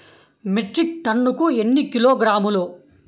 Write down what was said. Metric టన్నుకు ఎన్ని కిలోగ్రాములు?